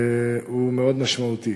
הוא מאוד משמעותי.